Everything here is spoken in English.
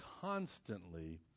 constantly